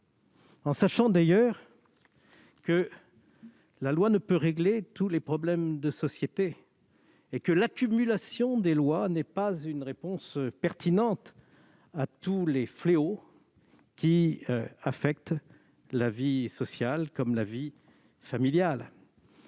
oublier, d'ailleurs, que la loi ne peut régler tous les problèmes de société et que leur accumulation n'est pas une réponse pertinente à tous les fléaux qui affectent la vie sociale comme la vie familiale.